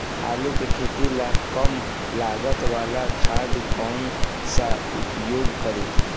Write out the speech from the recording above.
आलू के खेती ला कम लागत वाला खाद कौन सा उपयोग करी?